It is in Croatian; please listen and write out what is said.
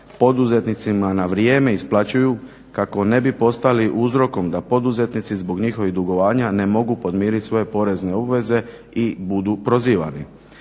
poduzetnicima na vrijeme isplaćuju kako ne bi postali uzrokom da poduzetnici zbog njihovih dugovanja ne mogu podmirit svoje porezne obaveze i budu prozivani.